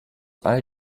all